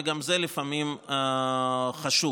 וגם זה לפעמים חשוב,